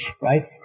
right